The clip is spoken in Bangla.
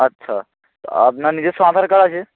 আচ্ছা আপনার নিজেস্ব আধার কার্ড আছে